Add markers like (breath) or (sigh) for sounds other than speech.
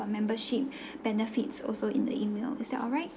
membership (breath) benefits also in the email is that alright